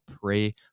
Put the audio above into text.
pray